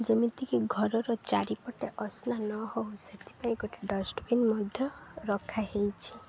ଯେମିତିକି ଘରର ଚାରିପଟେ ଅସନା ନହେଉ ସେଥିପାଇଁ ଗୋଟେ ଡ଼ଷ୍ଟବିିନ୍ ମଧ୍ୟ ରଖା ହୋଇଛି